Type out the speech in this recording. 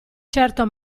certo